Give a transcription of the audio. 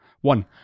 One